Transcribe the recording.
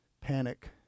Panic